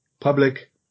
public